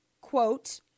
Quote